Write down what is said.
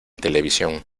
televisión